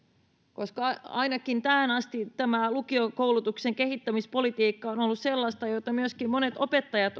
koska ainakin tähän asti tämä lukiokoulutuksen kehittämispolitiikka on on ollut sellaista jota myöskin monet opettajat